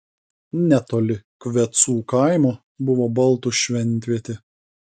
netoli kvecų kaimo buvo baltų šventvietė